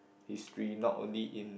history not only in